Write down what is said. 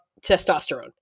testosterone